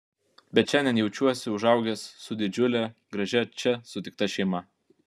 bet šiandien jaučiuosi užaugęs su didžiule gražia čia sutikta šeima